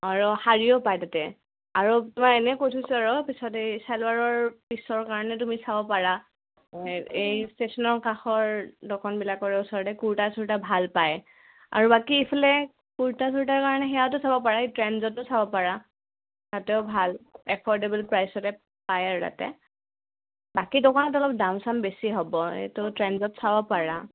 আৰু শাৰীও পায় তাতে আৰু তোমাৰ এনেই কৈ থৈছোঁ আৰু পিছত এই চেলৱাৰৰ পিচৰ কাৰণে তুমি চাব পাৰা এই ষ্টেচনৰ কাষৰ দোকানবিলাকৰ ওচৰতে কুৰ্তা চুৰ্তা ভাল পায় আৰু বাকী ইফালে কুৰ্তা চুৰ্তাৰ কাৰণে সেয়াতো চাব পাৰা এই ট্ৰেণ্ডজতো চাব পাৰা তাতেও ভাল এফৰ্ডেবল প্ৰাইচতে পায় আৰু তাতে বাকী দোকানত অলপ দাম চাম বেছি হ'ব এইটো ট্ৰেণ্ডজত চাব পাৰা